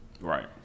Right